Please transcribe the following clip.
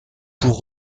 pour